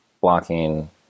blocking